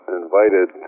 invited